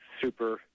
super